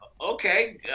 okay